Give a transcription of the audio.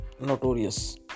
notorious